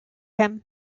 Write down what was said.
him